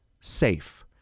SAFE